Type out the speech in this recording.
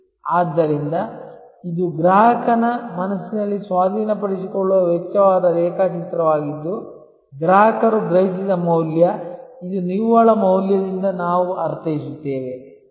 ಆದ್ದರಿಂದ ಇದು ಗ್ರಾಹಕನ ಮನಸ್ಸಿನಲ್ಲಿ ಸ್ವಾಧೀನಪಡಿಸಿಕೊಳ್ಳುವ ವೆಚ್ಚವಾದ ರೇಖಾಚಿತ್ರವಾಗಿದ್ದು ಗ್ರಾಹಕರು ಗ್ರಹಿಸಿದ ಮೌಲ್ಯ ಇದು ನಿವ್ವಳ ಮೌಲ್ಯದಿಂದ ನಾವು ಅರ್ಥೈಸುತ್ತೇವೆ